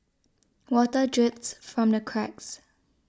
water drips from the cracks